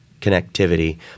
connectivity